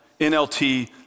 NLT